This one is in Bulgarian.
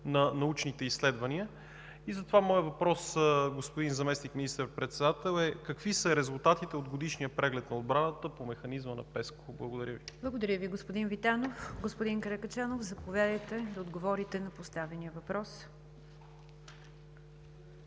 на научните изследвания. Затова моят въпрос, господин Заместник министър-председател, е: какви са резултатите от годишния преглед на отбраната по механизма на ПЕСКО? Благодаря Ви. ПРЕДСЕДАТЕЛ НИГЯР ДЖАФЕР: Благодаря Ви, господин Витанов. Господин Каракачанов, заповядайте да отговорите на поставения въпрос.